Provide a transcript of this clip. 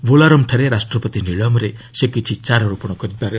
ବୋଲାରାମ୍ଠାରେ ରାଷ୍ଟ୍ରପତି ନିଲୟମ୍ରେ ସେ କିଛି ଚାରାରୋପଣ କରିବେ